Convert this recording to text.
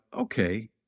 okay